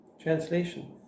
Translation